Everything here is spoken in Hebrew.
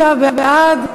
23 בעד.